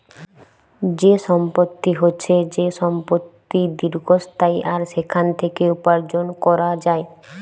যে সম্পত্তি হচ্যে যে সম্পত্তি দীর্ঘস্থায়ী আর সেখাল থেক্যে উপার্জন ক্যরা যায়